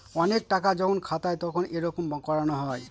অনেক টাকা যখন খাতায় তখন এইরকম করানো হয়